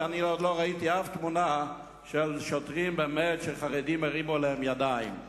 ואני עוד לא ראיתי אף תמונה של שוטרים שחרדים הרימו עליהם ידיים.